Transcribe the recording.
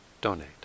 donate